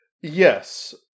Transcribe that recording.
Yes